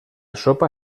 sopa